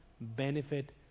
benefit